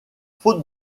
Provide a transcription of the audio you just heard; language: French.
faute